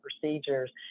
procedures